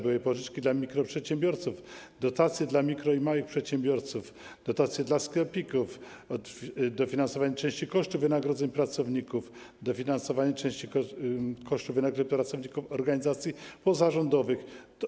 Były pożyczki dla mikroprzedsiębiorców, dotacje dla mikroprzedsiębiorców i małych przedsiębiorców, dotacje dla sklepików, dofinansowanie części kosztów wynagrodzeń pracowników, dofinansowanie części kosztów wynagrodzeń pracowników organizacji pozarządowych.